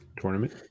tournament